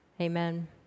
Amen